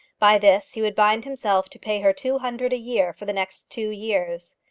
by this he would bind himself to pay her two hundred a year for the next two years,